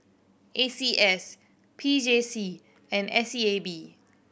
A C S P J C and S E A B